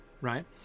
right